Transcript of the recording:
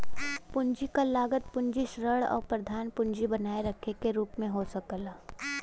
पूंजी क लागत पूंजी ऋण आउर प्रधान पूंजी बनाए रखे के रूप में हो सकला